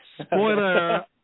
Spoiler